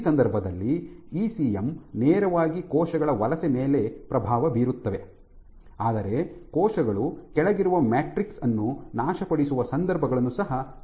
ಈ ಸಂದರ್ಭದಲ್ಲಿ ಇಸಿಎಂ ನೇರವಾಗಿ ಕೋಶಗಳ ವಲಸೆಯ ಮೇಲೆ ಪ್ರಭಾವ ಬೀರುತ್ತದೆ ಆದರೆ ಕೋಶಗಳು ಕೆಳಗಿರುವ ಮ್ಯಾಟ್ರಿಕ್ಸ್ ಅನ್ನು ನಾಶಪಡಿಸುವ ಸಂದರ್ಭಗಳನ್ನು ಸಹ ನೀವು ಹೊಂದಬಹುದು